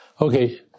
Okay